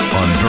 on